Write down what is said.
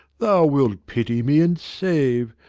thou wilt pity me and save.